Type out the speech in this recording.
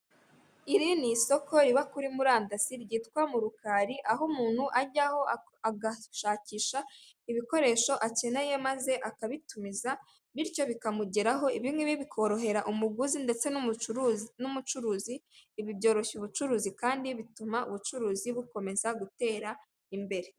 Iri ni isoko riba kuri murandasi ryitwa murukali, aho umuntu ajyaho agashakisha ibikoresho akeneye maze akabitumiza bityo bikamugeraho, ibi ngibi bikorohera umuguzi ndetse n'umucuruzi, ibi byoroshya ubucuruzi kandi bituma ubucuruzi bukomeza gutera imbere.